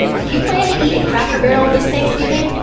if you plan to eat at cracker barrel this thanksgiving,